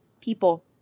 people